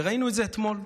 ראינו את זה אתמול.